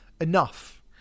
enough